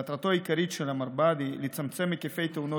מטרתו העיקרית של המרב"ד היא לצמצם את היקפי תאונות